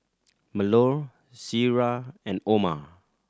Melur Syirah and Omar